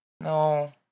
no